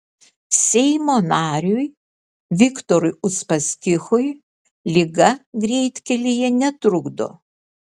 seimo nariui viktorui uspaskichui liga greitkelyje netrukdo